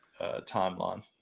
timeline